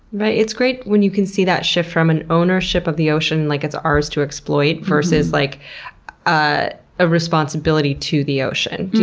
but it's great when you can see that shift from an ownership of the ocean, like it's ours to exploit, versus like ah a responsibility to the ocean.